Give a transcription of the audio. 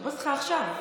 אני מדברת איתך על עכשיו,